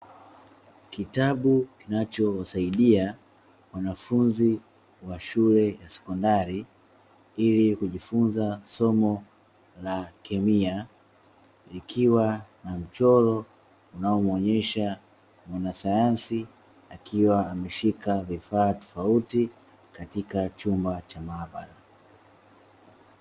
Kitabu kinachowasaidia wanafunzi wa shule ya sekondari, ili kujifunza somo la kemia likiwa na mchoro unaomwonyesha mwanasayansi akiwa ameshika vifaa tofauti katika chumba cha maabara.